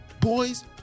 boys